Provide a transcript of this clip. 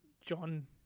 John